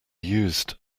used